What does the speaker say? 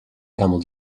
camel